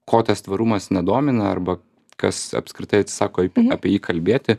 ko tas tvarumas nedomina arba kas apskritai atsisako apie jį kalbėti